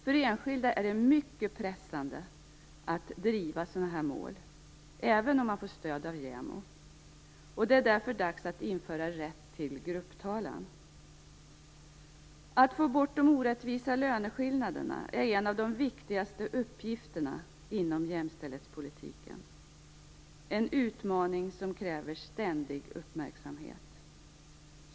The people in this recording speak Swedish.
För enskilda är det mycket pressande att driva sådana mål även om man får stöd av JämO. Det är därför dags att införa rätt till grupptalan. Att få bort de orättvisa löneskillnaderna är en av de viktigaste uppgifterna inom jämställdhetspolitiken, en utmaning som kräver ständig uppmärksamhet.